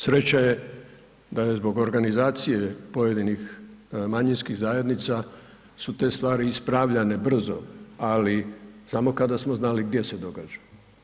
Sreća je da je zbog organizacije pojedinih manjinskih zajednica su te stvari ispravljane brzo ali samo kada smo znali gdje se događaju.